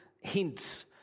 hints